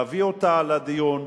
להביא אותה לדיון,